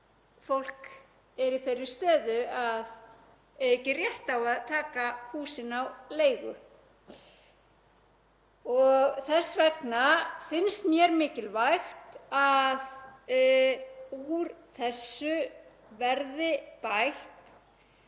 fólk er í þeirri stöðu að eiga ekki rétt á að taka húsin á leigu. Þess vegna finnst mér mikilvægt að úr þessu verði bætt.